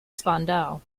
spandau